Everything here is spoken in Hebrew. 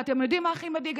ואתם יודעים מה הכי מדאיג,